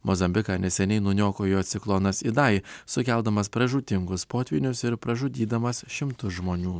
mozambiką neseniai nuniokojo ciklonas idai sukeldamas pražūtingus potvynius ir pražudydamas šimtus žmonių